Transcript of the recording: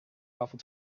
powerful